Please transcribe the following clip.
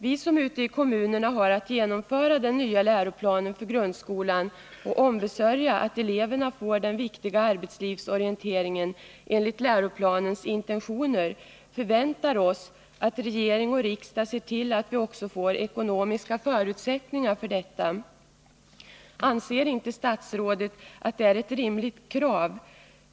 Vi som ute i kommunerna har att genomföra den nya läroplanen för grundskolan och ombesörja att eleverna får den viktiga arbetslivsorienteringen enligt läroplanens intentioner förväntar oss att regering och riksdag ser till att vi också får ekonomiska förutsättningar för detta. Anser inte statsrådet att det är ett rimligt krav?